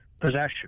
possession